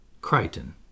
Crichton